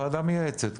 ועדה מייעצת.